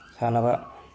ꯁꯥꯟꯅꯕ